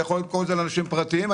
אני יכול למכור לאנשים פרטיים,